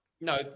No